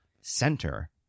center